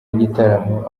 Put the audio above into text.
yigitaramo